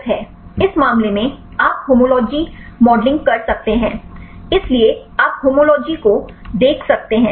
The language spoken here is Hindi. इस मामले में आप होमोलॉजी मॉडलिंग कर सकते हैं इसलिए आप होमोलॉजी को देख सकते हैं